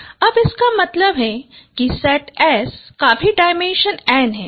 अब इसका मतलब है कि सेट S का भी डायमेंशन n है